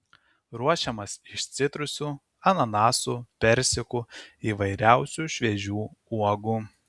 ruošiamas iš citrusų ananasų persikų įvairiausių šviežių uogų